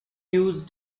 used